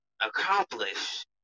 accomplish